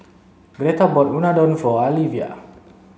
Greta bought Unadon for Alyvia